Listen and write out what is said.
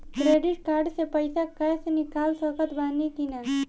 Credit card से पईसा cash निकाल सकत बानी की ना?